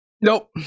Nope